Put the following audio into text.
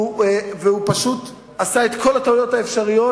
והוא פשוט עשה את כל הטעויות האפשריות,